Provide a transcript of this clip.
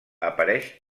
apareix